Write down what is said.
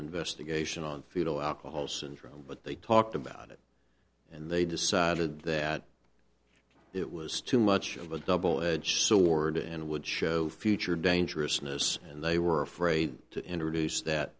investigation on fetal alcohol syndrome but they talked about it and they decided that it was too much of a double edge sword and would show future dangerousness and they were afraid to introduce that